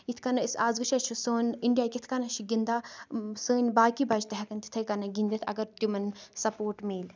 یِتھ کَنہِ أسۍ آز وٕچھو یہِ چھُ سون اِنڈیا کِتھ کَنہِ چھُ گِندان سٲنۍ باقٕے بَچہِ تہِ ہیٚکَن تِتھ کَنہِ گِندِتھ اَگر تِمن سَپوٹ مِلہِ